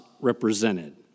represented